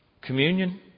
communion